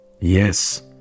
Yes